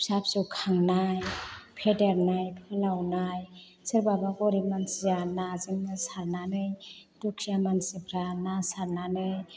फिसा फिसौ खांनाय फेदेरनाय फोलावनाय सोरबाबा गरिब मानसिया नाजोंनो सारनानै दुखिया मानसिफ्रा ना सारनानै